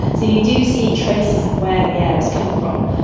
so you do see traces of where the air has come from.